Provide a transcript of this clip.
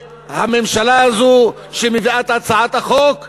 הממשלה הזאת, שמביאה את הצעת החוק הזאת,